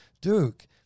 Duke